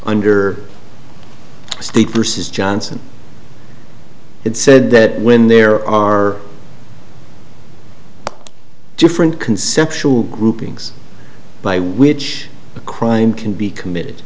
under state versus johnson it said that when there are different conceptual groupings by which a crime can be committed